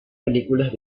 películas